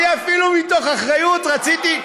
אני אפילו מתוך אחריות רציתי,